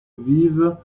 vivent